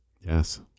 Yes